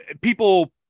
people